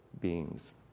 beings